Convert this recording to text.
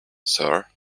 sir